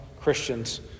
Christians